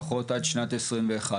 לפחות עד שנת 2021,